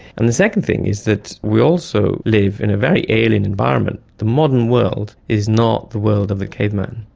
and the second thing is that we also live in a very alien environment. the modern world is not the world of the caveman.